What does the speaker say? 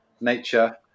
nature